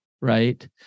right